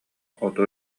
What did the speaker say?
оту